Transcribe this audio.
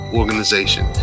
organization